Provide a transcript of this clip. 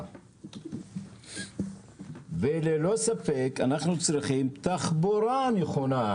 לא צריך לחכות.